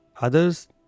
Others